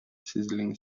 sizzling